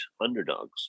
underdogs